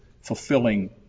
fulfilling